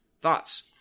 Thoughts